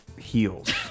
heels